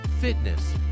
fitness